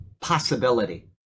possibility